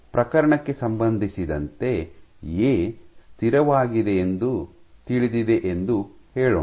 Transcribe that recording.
ಪ್ರಕರಣಕ್ಕೆ ಸಂಬಂಧಿಸಿದಂತೆ ಎ ಸ್ಥಿರವಾಗಿದೆ ಎಂದು ತಿಳಿದಿದೆ ಎಂದು ಹೇಳೋಣ